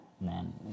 man